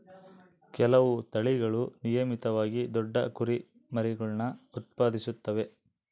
ಕೆಲವು ತಳಿಗಳು ನಿಯಮಿತವಾಗಿ ದೊಡ್ಡ ಕುರಿಮರಿಗುಳ್ನ ಉತ್ಪಾದಿಸುತ್ತವೆ